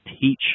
teach